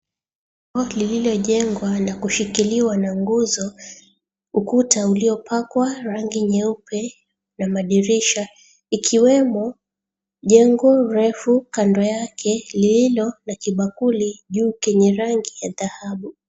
...Lililojengwa na kushikiliwa na nguzo, ukuta uliopakwa rangi nyeupe na madirisha ikiwemo, jengo refu kando yake lililo na kibakuli juu kenye rangi ya dhahabu.